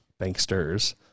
banksters